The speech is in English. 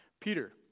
Peter